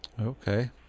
Okay